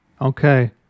okay